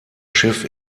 schiff